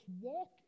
walk